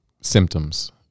symptoms